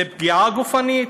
זה פגיעה גופנית,